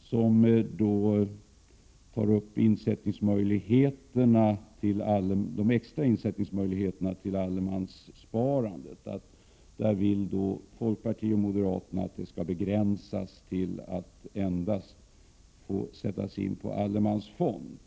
som tar upp de extra insättningsmöjligheterna till allemanssparandet. Folkpartiet och moderaterna vill att möjligheten skall begränsas till att endast avse insättning till allemansfond.